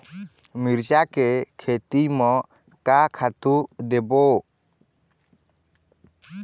मिरचा के खेती म का खातू देबो?